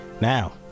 Now